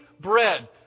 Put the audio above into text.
bread